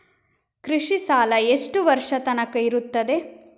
ಕೃಷಿ ಸಾಲ ಎಷ್ಟು ವರ್ಷ ತನಕ ಇರುತ್ತದೆ?